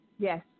Yes